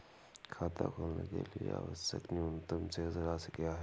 खाता खोलने के लिए आवश्यक न्यूनतम शेष राशि क्या है?